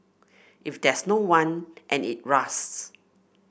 if there's no one and it rusts